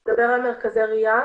אתה מדבר על מרכזי ריאן?